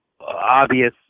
obvious